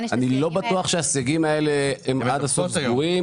אני לא בטוח שהסייגים האלה הם עד הסוף סגורים